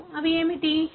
అవి ఏమిటి